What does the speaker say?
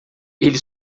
ele